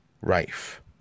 rife